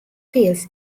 fields